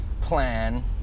plan